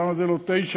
למה לא תשעה?